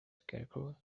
scarecrow